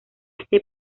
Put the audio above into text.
este